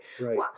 Right